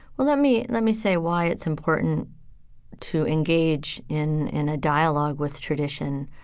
well, let me, let me say why it's important to engage in in a dialogue with tradition.